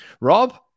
Rob